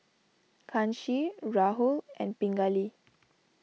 Kanshi Rahul and Pingali